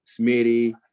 Smitty